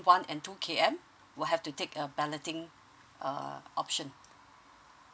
one and two K_M um would have to take a balloting uh option